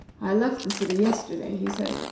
i left the city yesterday, he said,